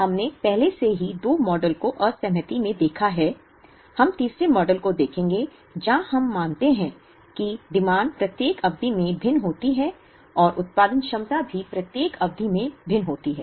हमने पहले से ही 2 मॉडल को असहमति में देखा है हम तीसरे मॉडल को देखेंगे जहां हम मानते हैं कि मांग प्रत्येक अवधि में भिन्न होती है और उत्पादन क्षमता भी प्रत्येक अवधि में भिन्न होती है